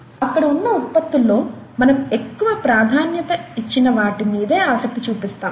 అక్కడ ఉన్న ఉత్పత్తుల్లో మనం ఎక్కువ ప్రాధాన్యత ఇచ్చిన వాటి మీదే ఆసక్తి చూపిస్తాం